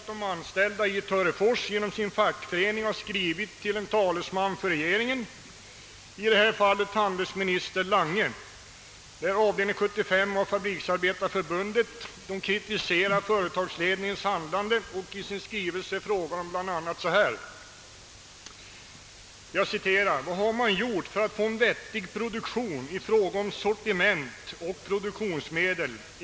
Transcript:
De anställda i Törefors har genom avdelning 75 av Svenska fabriksarbetareförbundet skrivit till. handelsminis ter Lange. De kritiserar företagsledningens handlande och skriver bl.a.: »Vad har man gjort för att få en vettig produktion i fråga om sortiment och produktionsmedel.